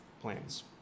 plans